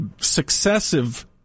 successive